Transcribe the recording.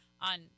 on